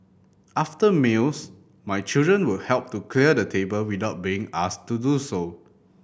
after meals my children will help to clear the table without being asked to do so